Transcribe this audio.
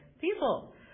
people